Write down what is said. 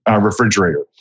refrigerator